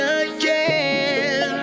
again